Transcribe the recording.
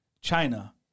China